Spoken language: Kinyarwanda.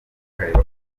bakareba